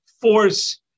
force